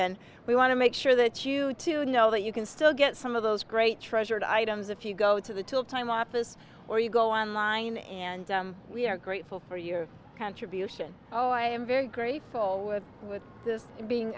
and we want to make sure that you two know that you can still get some of those great treasured items if you go to the till time office or you go online and we are grateful for your contribution oh i am very grateful with with this being